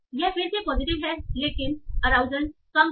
यह फिर से पॉजिटिव है लेकिन अराउजल कम है